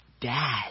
Dad